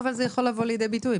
אבל איך זה יכול לבוא לידי ביטוי?